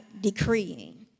decreeing